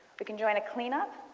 we can join a clean up.